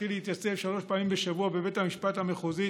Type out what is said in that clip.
שתתחיל להתייצב שלוש פעמים בשבוע בבית המשפט המחוזי,